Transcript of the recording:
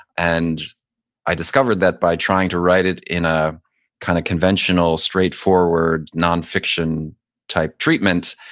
and i discovered that by trying to write it in a kind of conventional, straightforward nonfiction type treatment,